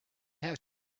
have